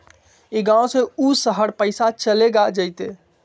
ई गांव से ऊ शहर पैसा चलेगा जयते?